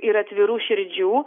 ir atvirų širdžių